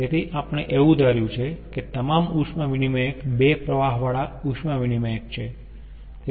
તેથી આપણે એવું ધાર્યું છે કે તમામ ઉષ્મા વિનીમયક બે પ્રવાહવાળા ઉષ્મા વિનીમયક છે